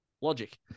logic